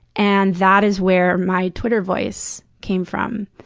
and that is where my twitter voice came from.